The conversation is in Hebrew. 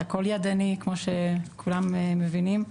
זה הכל ידני כמו שאנחנו מבינים.